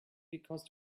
because